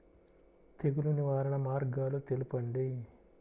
తెగులు నివారణ మార్గాలు తెలపండి?